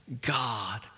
God